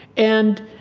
and